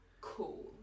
cool